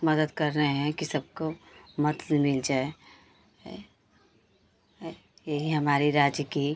मदद कर रहे हैं कि सबको मत मिल जाए यही हमारे राज्य की